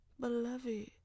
Beloved